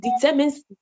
determines